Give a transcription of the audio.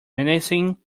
menacing